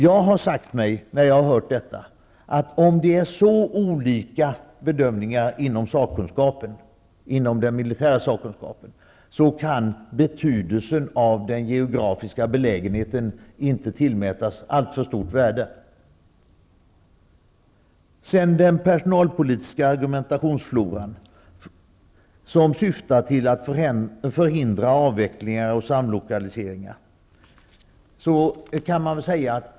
Jag har sagt mig när jag har hört detta, att om det inom den militära sakkunskapen förekommer så olika bedömningar, kan betydelsen av den geografiska belägenheten inte tillmätas alltför stort värde. Sedan till floran av personalpolitiska argument, som syftar till att förhindra avvecklingar och samlokaliseringar.